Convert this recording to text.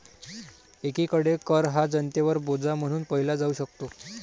एकीकडे कर हा जनतेवर बोजा म्हणून पाहिला जाऊ शकतो